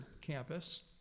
campus